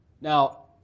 Now